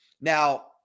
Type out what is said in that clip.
Now